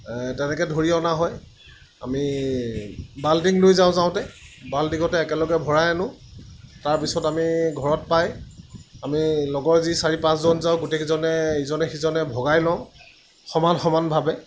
তেনেকৈ ধৰি অনা হয় আমি বাল্টিং লৈ যাওঁ যাওঁতে বাল্টিঙতে একেলগে ভৰাই আনো তাৰপিছত আমি ঘৰত পাই আমি লগৰ যি চাৰি পাঁচজন যাওঁ গোটেইকেইজনে ইজনে সিজনে ভগাই লওঁ সমান সমানভাৱে